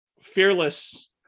fearless